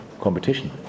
competition